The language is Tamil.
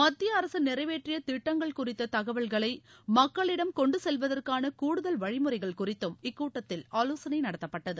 மத்திய அரசு நிறைவேற்றிய திட்டங்கள் குறித்த தகவல்களை மக்களிடம் கொண்டு செல்வதற்கான கூடுதல் வழிமுறைகள் குறித்தும் இக்கூட்டத்தில் ஆலோசனை நடத்தப்பட்டது